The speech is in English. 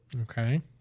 Okay